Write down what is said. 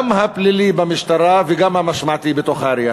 גם הפלילי במשטרה וגם המשמעתי בתוך העירייה.